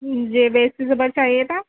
مجھے بہشتی زیور چاہیے تھا